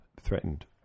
threatened